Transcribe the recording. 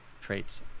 traits